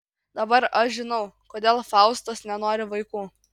dabar aš žinau kodėl faustas nenori vaikų